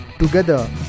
Together